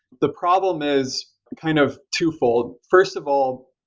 the problem is kind of twofold. first of all,